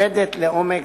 לרדת לאומד